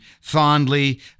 fondly